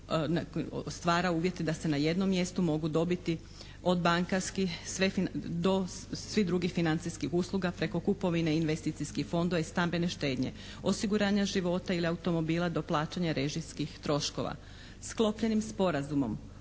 uvjete da se na jednom mjestu mogu dobiti od bankarskih do svih drugih financijskih usluga preko kupovine investicijskih fondova i stambene štednje, osiguranja života ili automobila do plaćanja režijskih troškova. Sklopljenim sporazumom